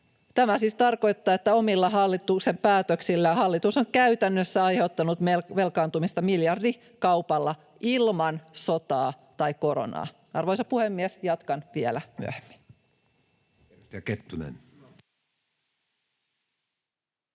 Tämä siis tarkoittaa, että omilla päätöksillään hallitus on käytännössä aiheuttanut velkaantumista miljardikaupalla — ilman sotaa tai koronaa. Arvoisa puhemies! Jatkan vielä myöhemmin.